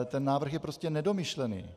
Ten návrh je prostě nedomyšlený.